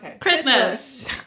Christmas